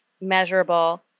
measurable